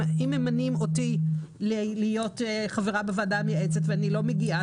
אם ממנים אותי להיות חברה בוועדה המייעצת ואני לא מגיעה,